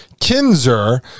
kinzer